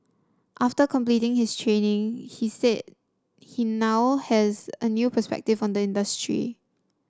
after completing his training he said he now has a new perspective on the industry